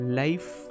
life